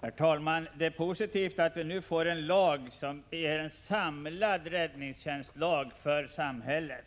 Herr talman! Det är positivt att vi nu får en samlad räddningstjänstlag för samhället.